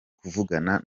kuvugana